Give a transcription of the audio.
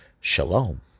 Shalom